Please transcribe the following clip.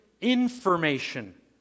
information